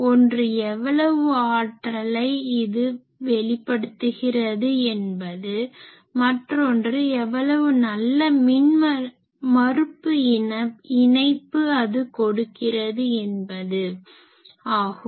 ஒன்று எவ்வளவு ஆற்றலை அது வெளிப்படுத்துகிறது என்பது மற்றொன்று எவ்வளவு நல்ல மின் மறுப்பு இணைப்பு அது கொடுக்கிறது என்பது ஆகும்